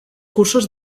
cursos